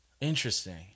interesting